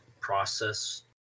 process